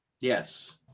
Yes